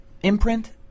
imprint